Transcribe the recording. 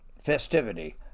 festivity